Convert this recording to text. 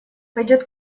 пойдет